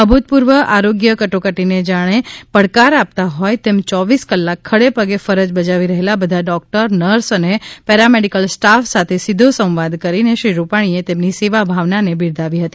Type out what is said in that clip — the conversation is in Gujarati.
અભૂતપૂર્વ આરોગ્ય કટોકટી ને જાણે પડકાર આપતા હોય તેમ યોવીસ કલાક ખડેપગે ફરજ બજાવી રહેલા બધા ડોક્ટર નર્સ અને પેરામેડિકલ સ્ટાફ સાથે સીધો સંવાદ કરીને શ્રી રૂપાણીએ તેમની સેવાભાવના ને બિરદાવી હતી